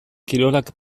kirolak